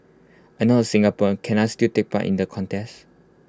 I am not A Singaporean can I still take part in the contest